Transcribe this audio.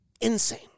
insane